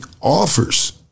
offers